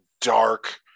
dark